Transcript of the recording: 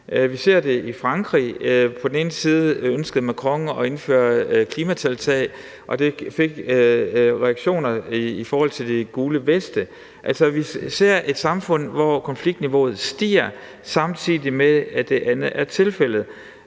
Vi ser det i Frankrig. Her ønskede Macron at indføre klimatiltag, og det udløste reaktioner i forhold til De Gule Veste. Altså, vi ser et samfund, hvor konfliktniveauet stiger, samtidig med at det andet er tilfældet.